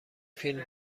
فیلم